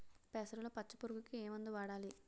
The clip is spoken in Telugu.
పెసరలో పచ్చ పురుగుకి ఏ మందు వాడాలి?